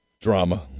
Drama